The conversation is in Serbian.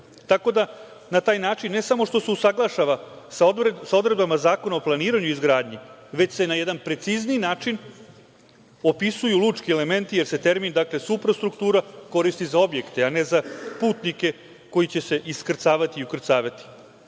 Tako da, na taj način ne samo što se usaglašava sa odredbama Zakona o planiranju i izgradnji, već se na jedan precizniji način opisuju lučki elementi, jer se termin, dakle, suprastruktura koristi za objekte, a ne za putnike koji će se iskrcavati i ukrcavati.U